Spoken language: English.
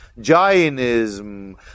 Jainism